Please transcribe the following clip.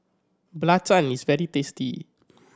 belacan is very tasty